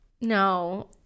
No